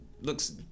looks